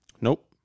Nope